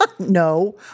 No